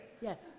Yes